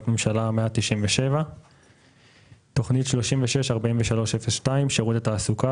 ממשלה 197. תוכנית 3643/02 שירות התעסוקה.